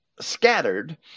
scattered